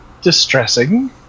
distressing